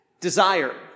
desire